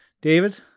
David